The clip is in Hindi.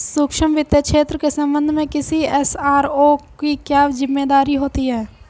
सूक्ष्म वित्त क्षेत्र के संबंध में किसी एस.आर.ओ की क्या जिम्मेदारी होती है?